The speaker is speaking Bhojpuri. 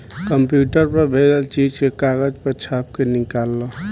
कंप्यूटर पर भेजल चीज के कागज पर छाप के निकाल ल